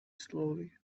slowly